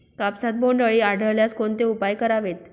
कापसात बोंडअळी आढळल्यास कोणते उपाय करावेत?